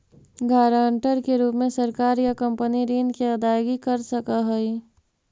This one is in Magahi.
गारंटर के रूप में सरकार या कंपनी ऋण के अदायगी कर सकऽ हई